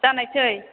जानायसै